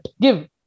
Give